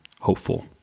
hopeful